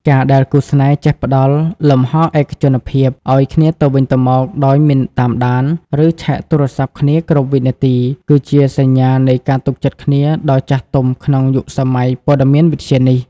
ការដែលគូស្នេហ៍ចេះផ្ដល់ «លំហឯកជនភាព» ឱ្យគ្នាទៅវិញទៅមកដោយមិនតាមដាន ឬឆែកទូរស័ព្ទគ្នាគ្រប់វិនាទី គឺជាសញ្ញានៃការទុកចិត្តគ្នាដ៏ចាស់ទុំក្នុងយុគសម័យព័ត៌មានវិទ្យានេះ។